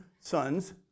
sons